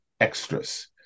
extras